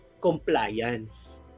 compliance